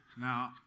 Now